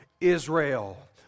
Israel